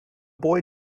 boy